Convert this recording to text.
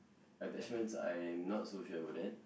attachments I am not so sure about that